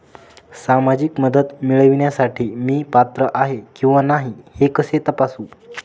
सामाजिक मदत मिळविण्यासाठी मी पात्र आहे किंवा नाही हे कसे तपासू?